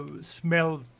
smell